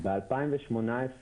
כך המגזר הציבורי שלנו נראה.